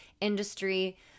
industry